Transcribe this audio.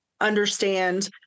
understand